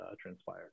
transpired